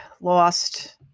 lost